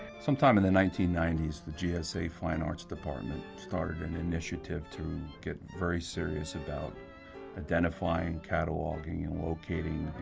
sometime in the nineteen ninety s, the gsa fine arts department started an initiative to get very serious about identifying, cataloguing, and locating